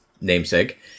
Namesake